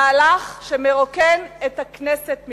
מהלך שמרוקן את הכנסת מתוכנה.